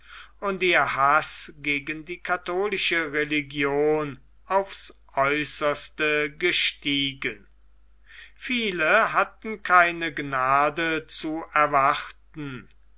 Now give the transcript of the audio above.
und ihr haß gegen die katholische religion aufs aeußerste gestiegen viele hatten keine gnade zu erwarten